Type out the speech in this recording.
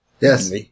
Yes